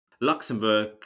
Luxembourg